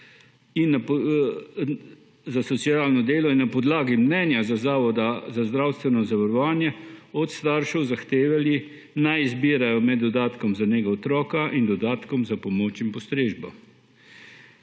za socialno delo na podlagi mnenja Zavoda za zdravstveno zavarovanje od staršev zahtevali, naj izbirajo med dodatkom za nego otroka in dodatkom za pomoč in postrežbo. Ne